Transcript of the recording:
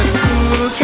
cool